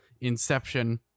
inception